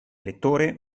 lettore